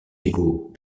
égaux